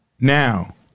Now